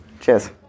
Cheers